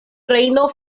rejno